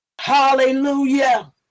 Hallelujah